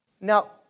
Now